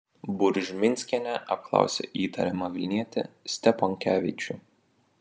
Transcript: buržminskienė apklausė įtariamą vilnietį steponkevičių